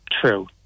true